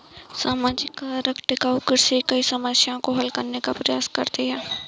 सामाजिक कारक टिकाऊ कृषि कई समस्याओं को हल करने का प्रयास करती है